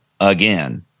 again